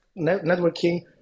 networking